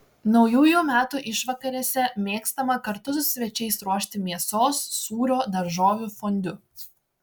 naujųjų metų išvakarėse mėgstama kartu su svečiais ruošti mėsos sūrio daržovių fondiu